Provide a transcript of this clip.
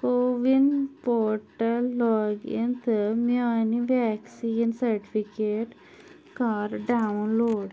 CoWIN portal log in تہٕ میانہِ vaccine certificate کر داوُن لوڈ